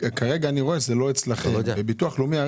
כרגע אני רואה שהיא לא אצלכם אלא בביטוח לאומי.